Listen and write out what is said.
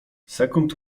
sekund